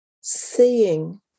seeing